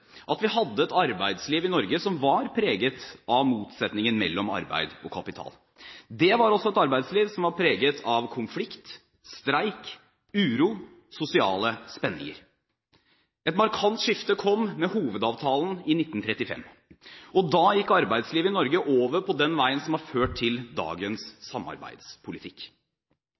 at vi hadde et arbeidsliv i Norge som var preget av motsetningen mellom arbeid og kapital. Det var også et arbeidsliv som var preget av konflikt, streik, uro og sosiale spenninger. Et markant skifte kom med hovedavtalen i 1935. Da gikk arbeidslivet i Norge over på den veien som har ført til dagens samarbeidspolitikk.